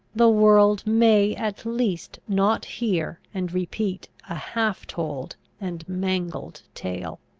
the world may at least not hear and repeat a half-told and mangled tale.